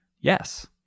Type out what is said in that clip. Yes